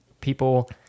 people